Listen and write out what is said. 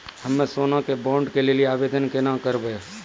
हम्मे सोना के बॉन्ड के लेली आवेदन केना करबै?